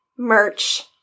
Merch